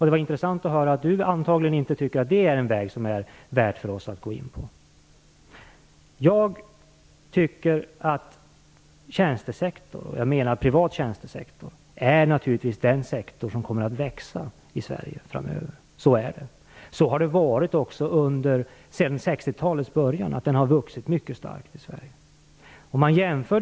Det var intressant att höra att Rose-Marie Frebran tydligen inte tycker att den är väg som det är värt för oss att gå in på. Den privata tjänstesektorn är naturligtvis den sektor som kommer att växa i Sverige framöver. Så har det varit sedan 60-talets början. Den har vuxit mycket starkt i Sverige.